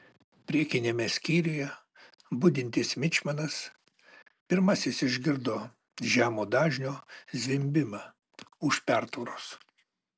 priekiniame skyriuje budintis mičmanas pirmasis išgirdo žemo dažnio zvimbimą už pertvaros